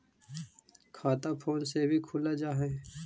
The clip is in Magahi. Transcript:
खाता फोन से भी खुल जाहै?